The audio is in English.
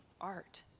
art